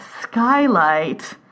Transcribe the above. Skylight